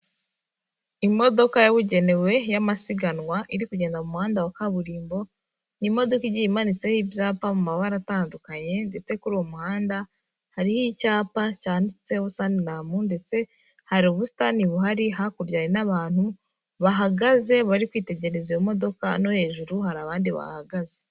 Imodoka yabugenewe y'amasiganwa iri kugenda mu muhanda wa kaburimbo ni imodokadoka igiye imanitseho ibyapa mu mabara atandukanye ndetse kuri uwo muhanda hariho icyapa cyanditseho Sanilamu ndetse hari ubusitani buhari hakurya hari abantu bahagaze bari kwitegereza iyo imodokadoka no hejuru hari abandi bahagaze.